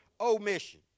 Omission